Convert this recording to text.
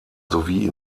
sowie